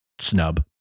snub